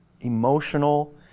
emotional